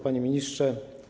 Panie Ministrze!